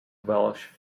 walsh